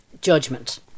judgment